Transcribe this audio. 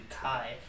Kai